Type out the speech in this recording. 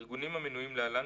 הארגונים המנויים להלן,